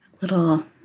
little